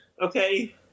Okay